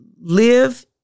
live